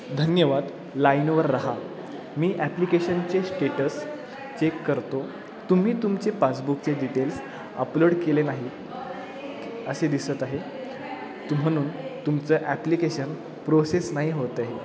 धन्यवाद लाईनवर रहा मी ॲप्लिकेशनचे स्टेटस चेक करतो तुम्ही तुमचे पासबुकचे डिटेल्स अपलोड केले नाही असे दिसत आहे तू म्हणून तुमचं ॲप्लिकेशन प्रोसेस नाही होत आहे